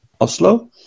Oslo